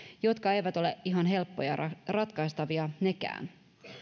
jotka eivät ole ihan helppoja ratkaistavia nekään